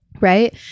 Right